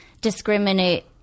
discriminate